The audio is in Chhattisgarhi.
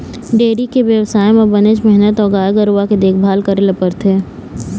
डेयरी के बेवसाय म बनेच मेहनत अउ गाय गरूवा के देखभाल करे ल परथे